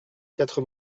quatre